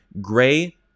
gray